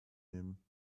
nehmen